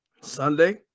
sunday